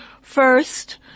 First